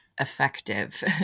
effective